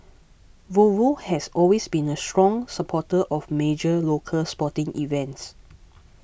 Volvo has always been a strong supporter of major local sporting events